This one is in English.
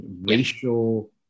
racial